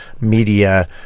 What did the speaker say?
media